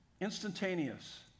instantaneous